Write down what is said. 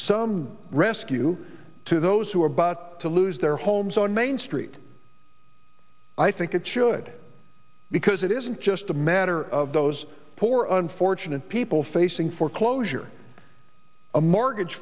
some rescue to those who are about to lose their homes on main street i think it should because it isn't just a matter of those poor unfortunate people facing foreclosure a mortgage